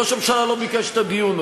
ראש הממשלה לא ביקש את הדיון,